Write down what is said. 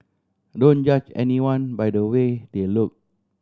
don't judge anyone by the way they look